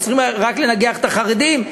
רוצים רק לנגח את החרדים.